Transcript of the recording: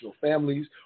families